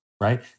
right